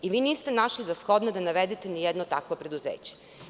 Niste našli za shodno da navedete nijedno takvo preduzeće.